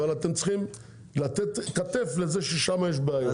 אבל אתם צריכים לתת כתף לזה ששם יש בעיות.